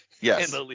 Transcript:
Yes